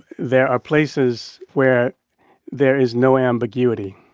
there are places where there is no ambiguity.